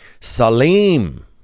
Salim